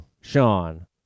Sean